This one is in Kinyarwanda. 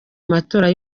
matora